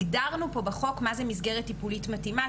הגדרנו פה בחוק מהי מסגרת טיפולית מתאימה,